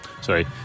sorry